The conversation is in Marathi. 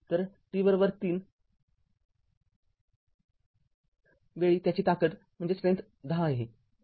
तर t३ वेळी त्याची ताकद १० आहे